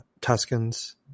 Tuscans